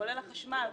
כולל החשמל,